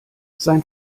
sein